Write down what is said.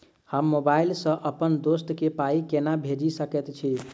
हम मोबाइल सअ अप्पन दोस्त केँ पाई केना भेजि सकैत छी?